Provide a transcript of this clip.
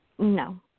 No